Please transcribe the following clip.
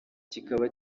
kikaba